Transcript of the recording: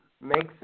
makes